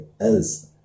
else